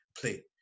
play